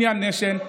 Palestinian Nation.